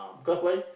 because why